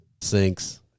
sinks